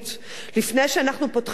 לפני שאנחנו פותחים את החודש,